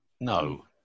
No